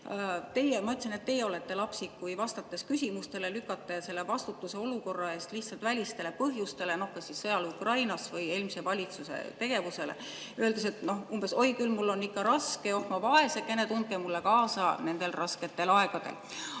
Ma ütlesin, et teie olete lapsik, kui te vastates küsimustele lükkate vastutuse olukorra eest lihtsalt välistele põhjustele, kas sõjale Ukrainas või eelmise valitsuse tegevusele, öeldes umbes nii, et oi, küll mul on ikka raske, oh ma vaesekene, tundke mulle kaasa nendel rasketel aegadel. Aga